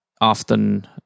Often